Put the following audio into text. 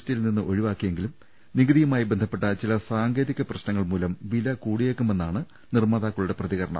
ടിയിൽ നിന്ന് ഒഴിവാക്കിയെ ങ്കിലും നികുതിയുമായി ബന്ധപ്പെട്ട ചില സാങ്കേതിക പ്രശ്നങ്ങൾമൂലം വില കൂടിയേ ക്കുമെന്നാണ് നിർമാതാക്കളുടെ പ്രതികരണം